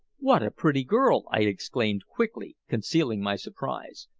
what a pretty girl! i exclaimed quickly, concealing my surprise.